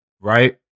Right